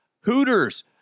Hooters